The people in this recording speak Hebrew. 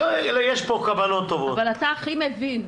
יש פה כוונות טובות --- אבל אתה הכי מבין.